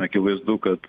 akivaizdu kad